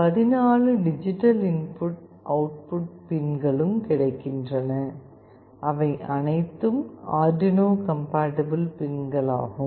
14 digital input output பின்களும் கிடைக்கின்றன அவை அனைத்தும் அர்டுயினோ கம்பாடிபிள் பின்களாகும்